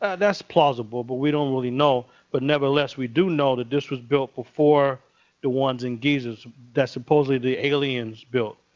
ah that's plausible, but we don't really know. but nevertheless, we do know that this was built before the ones in giza so that supposedly the aliens built.